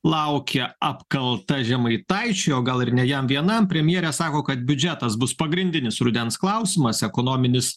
laukia apkalta žemaitaičiui o gal ir ne jam vienam premjerė sako kad biudžetas bus pagrindinis rudens klausimas ekonominis